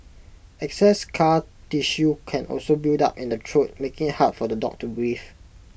excess scar tissue can also build up in the throat making hard for the dog to breathe